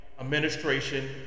administration